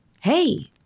Hey